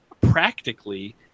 practically